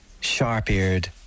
sharp-eared